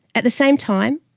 at the same time,